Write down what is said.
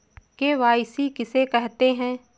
KYC किसे कहते हैं?